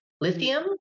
Lithium